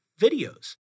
videos